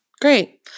Great